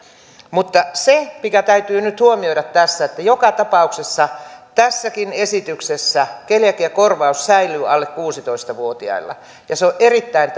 se mikä täytyy nyt huomioida tässä on se että joka tapauksessa tässäkin esityksessä keliakiakorvaus säilyy alle kuusitoista vuotiailla se on erittäin